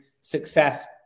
success